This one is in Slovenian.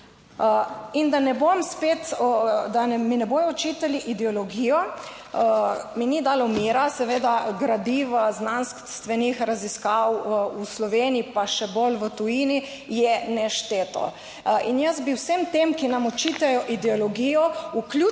In da mi ne bodo očitali ideologijo, mi ni dalo mira, seveda, gradiva znanstvenih raziskav v Sloveniji, pa še bolj v tujini je nešteto. In jaz bi vsem tem, ki nam očitajo ideologijo, vključno